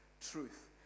truth